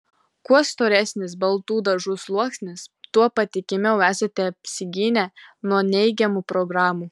kuo storesnis baltų dažų sluoksnis tuo patikimiau esate apsigynę nuo neigiamų programų